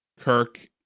Kirk